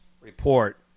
report